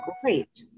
great